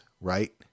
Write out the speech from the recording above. Right